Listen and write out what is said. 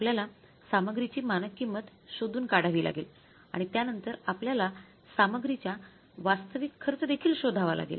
आपल्याला सामग्रीची मानक किंमत शोधून काढावी लागेल आणि त्यानंतर आपल्याला सामग्रीचा वास्तविक खर्च देखील शोधावा लागेल